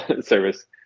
service